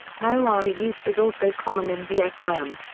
marijuana use was also common in vietnam.